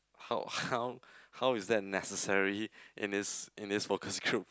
how how how is that necessary in this in this focus group